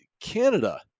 Canada